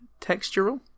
textural